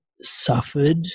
suffered